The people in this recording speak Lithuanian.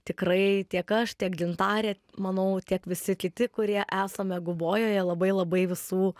tikrai tiek aš tiek gintarė manau tiek visi kiti kurie esame gubojoje labai labai visų